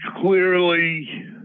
clearly